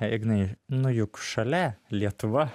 ignai nu juk šalia lietuva